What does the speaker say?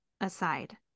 aside